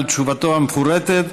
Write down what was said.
על תשובתו המפורטת.